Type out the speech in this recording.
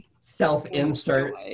self-insert